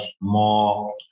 more